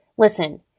Listen